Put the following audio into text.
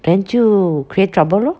then 就 create trouble lor